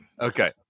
Okay